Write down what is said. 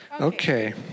Okay